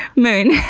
moon.